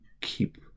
keep